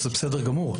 זה בסדר גמור,